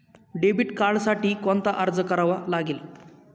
Debit कार्डसाठी कोणता अर्ज करावा लागेल?